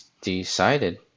decided